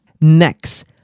Next